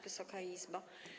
Wysoka Izbo!